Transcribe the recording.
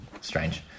strange